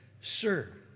sir